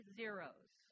zeros